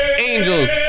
angels